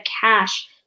cash